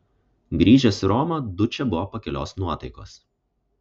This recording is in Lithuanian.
grįžęs į romą dučė buvo pakilios nuotaikos